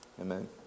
Amen